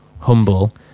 humble